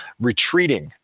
retreating